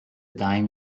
dim